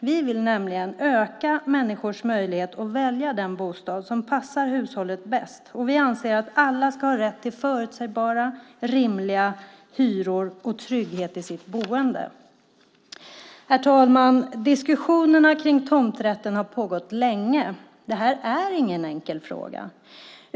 Vi vill nämligen öka människors möjlighet att välja den bostad som passar hushållet bäst, och vi anser att alla ska ha rätt till förutsägbara, rimliga hyror och trygghet i sitt boende. Herr talman! Diskussionerna kring tomträtten har pågått länge. Detta är ingen enkel fråga.